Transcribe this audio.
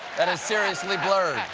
and seriously blurred.